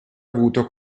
avuto